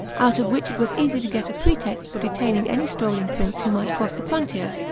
out of which it was easy to get a pretext for detaining any strolling prince who might cross the frontier,